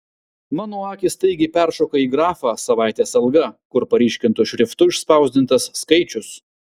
mano akys staigiai peršoka į grafą savaitės alga kur paryškintu šriftu išspausdintas skaičius